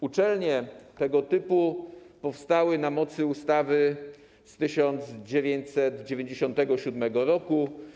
Uczelnie tego typu powstały na mocy ustawy z 1997 r.